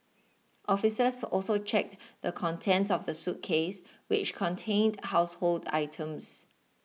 officers also checked the contents of the suitcase which contained household items